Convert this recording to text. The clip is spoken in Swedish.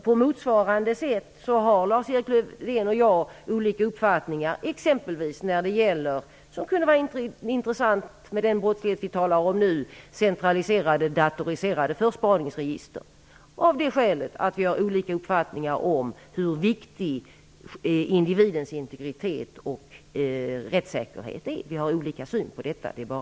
På motsvarande sätt har Lars-Erik Lövdén och jag skilda uppfattningar exempelvis när det gäller centraliserade datoriserade förspaningsregister, vilket kan vara intressant i fråga om den brottslighet som vi nu talar om. Det är bara att konstatera att vi har olika syn på hur viktig individens integritet och rättssäkerhet är.